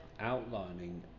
outlining